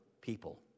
people